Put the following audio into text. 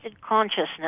consciousness